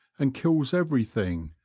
and kills everything,